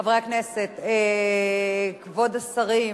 חברי הכנסת, כבוד השרים,